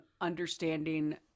understanding